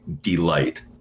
delight